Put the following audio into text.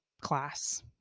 class